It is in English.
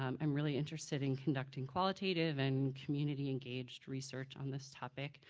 um i'm really interested in conducting qualitative and community engaged research on this topic,